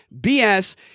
bs